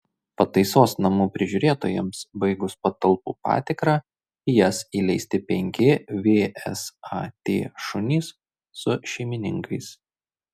pataisos namų prižiūrėtojams baigus patalpų patikrą į jas įleisti penki vsat šunys su šeimininkais